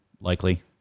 Likely